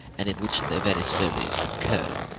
and in which they very slowly concur.